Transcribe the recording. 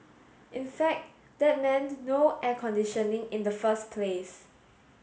in fact that meant no air conditioning in the first place